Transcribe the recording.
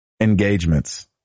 engagements